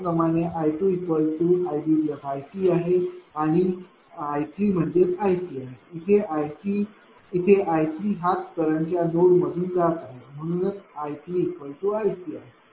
त्याचप्रमाणे I2iBiC आणि I3iCआहे इथे I3 हाच करंट या नोडमधून जात आहे म्हणूनचI3iCआहे